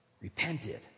repented